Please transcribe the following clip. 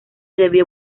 debió